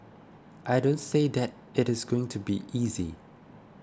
I don't say that it is going to be easy